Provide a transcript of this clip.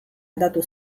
aldatu